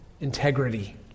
integrity